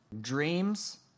dreams